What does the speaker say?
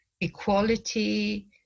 equality